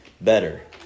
better